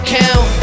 count